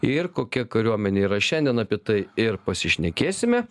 ir kokia kariuomenė yra šiandien apie tai ir pasišnekėsime